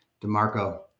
DeMarco